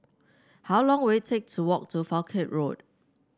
how long will it take to walk to Falkland Road